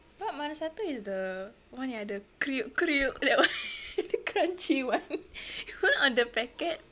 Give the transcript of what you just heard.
but mana satu is the one yang ada that one crunchy one on the packet